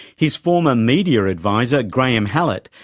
his former media adviser, graeme hallett,